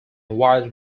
while